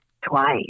twice